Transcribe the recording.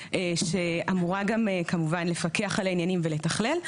שאמורה גם כמובן לפקח על העניינים ולתכלל,